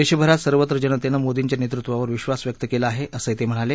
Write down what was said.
देशभरात सर्वत्र जनतेनं मोदींच्या नेतृत्वावर विश्वास व्यक्त केला आहे असंही ते म्हणाले